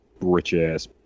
rich-ass